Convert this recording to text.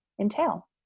entail